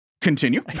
Continue